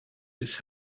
this